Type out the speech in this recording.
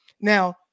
Now